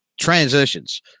transitions